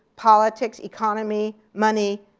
politics, economy, money,